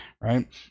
right